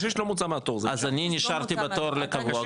אז אני נשארתי בתור לקבוע,